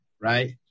right